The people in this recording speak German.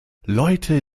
leute